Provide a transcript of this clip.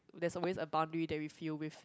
there's always a boundary that we feel with